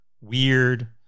weird